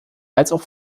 als